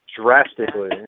drastically